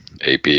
AP